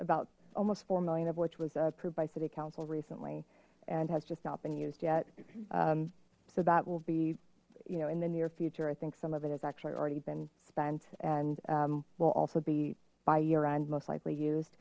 about almost four million of which was approved by city council recently and has just not been used yet so that will be you know in the near future i think some of it has actually already been spent and will also be by year end most likely used